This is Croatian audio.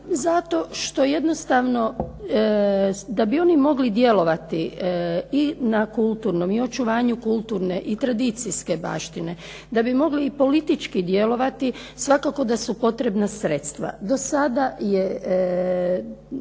zato što jednostavno da bi oni mogli djelovati i na kulturnom, i očuvanju kulturne i tradicijske baštine, da bi mogli i politički djelovati svakako da su potrebna sredstva.